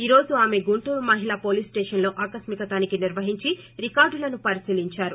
ఈ రోజు ఆమె గుంటురు మహిళ పోలీసు స్షేషన్లో ఆకస్మిక తనిఖీ నిర్వహించి రికార్గులను పరిశీలించారు